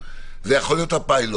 נכון, זה יכול להיות הפיילוט.